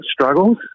struggles